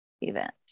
event